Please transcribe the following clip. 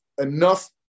enough